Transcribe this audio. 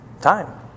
Time